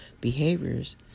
behaviors